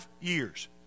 years